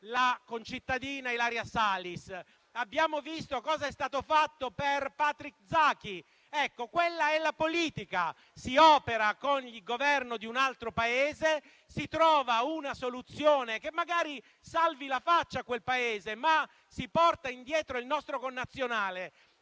la concittadina Ilaria Salis. Abbiamo visto cosa è stato fatto per Patrick Zaki: quella è la politica. Si opera con il Governo di un altro Paese e si trova una soluzione che magari salvi la faccia a quel Paese, ma si porta indietro il nostro connazionale.